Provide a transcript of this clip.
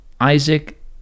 Isaac